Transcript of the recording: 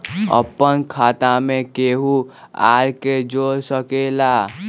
अपन खाता मे केहु आर के जोड़ सके ला?